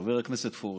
חבר הכנסת פורר,